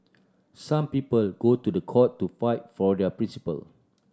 some people go to the court to fight for their principle